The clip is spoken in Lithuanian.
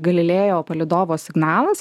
galilėjo palydovo signalas